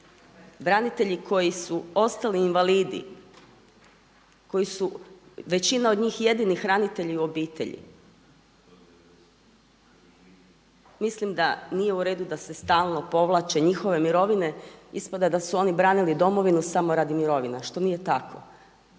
Branitelji koji su ostali invalidi, koji su većina od njih jedini hranitelji obitelji. Mislim da nije u redu da se stalno povlače njihove mirovine. Ispada da su oni branili domovinu samo radi mirovina što nije tako